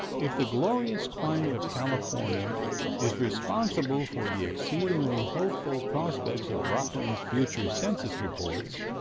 if the glorious climate of california is responsible for the exceedingly hopeful prospects of rocklin's future census reports,